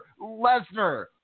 Lesnar